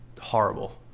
horrible